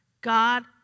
God